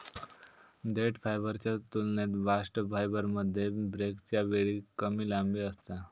देठ फायबरच्या तुलनेत बास्ट फायबरमध्ये ब्रेकच्या वेळी कमी लांबी असता